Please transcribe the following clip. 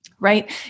Right